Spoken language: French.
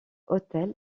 autel